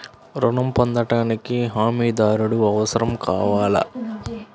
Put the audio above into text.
ఋణం పొందటానికి హమీదారుడు అవసరం కావాలా?